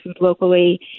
locally